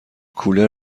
کولر